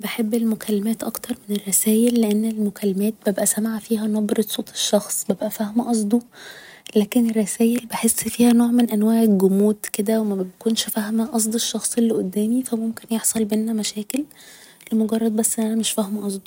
بحب المكالمات اكتر من الرسايل لان المكالمات ببقى سامعة فيها نبرة صوت الشخص ببقى فاهمة قصده لكن الرسايل بحس فيها نوع من أنواع الجمود كده و مبكونش فاهمة قصد الشخص اللي قدامي ف ممكن يحصل بينا مشاكل لمجرد بس ان أنا مش فاهمة قصده